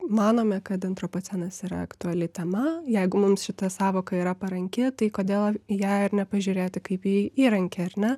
manome kad antropocenas yra aktuali tema jeigu mums šita sąvoka yra paranki tai kodėl į ją nepažiūrėti kaip į įrankį ar ne